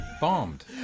Bombed